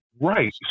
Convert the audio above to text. Right